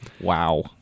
Wow